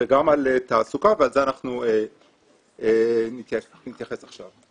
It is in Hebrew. וגם על תעסוקה ולזה אנחנו נתייחס עכשיו.